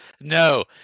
no